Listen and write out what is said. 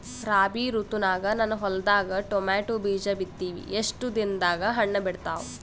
ರಾಬಿ ಋತುನಾಗ ನನ್ನ ಹೊಲದಾಗ ಟೊಮೇಟೊ ಬೀಜ ಬಿತ್ತಿವಿ, ಎಷ್ಟು ದಿನದಾಗ ಹಣ್ಣ ಬಿಡ್ತಾವ?